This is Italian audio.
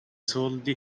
soldi